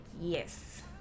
yes